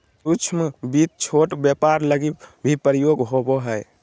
सूक्ष्म वित्त छोट व्यापार लगी भी प्रयोग होवो हय